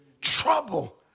Trouble